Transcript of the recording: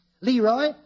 Leroy